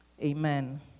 Amen